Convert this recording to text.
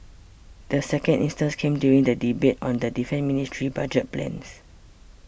the second instance came during the debate on the Defence Ministry's budget plans